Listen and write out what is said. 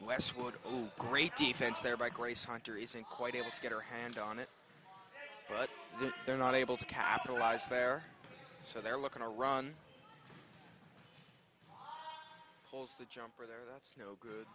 last would obey great defense thereby grace hunter isn't quite able to get her hand on it but they're not able to capitalize there so they're looking to run pulls the jumper there that's no good